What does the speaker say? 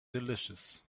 delicious